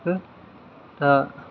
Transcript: दा